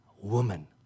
woman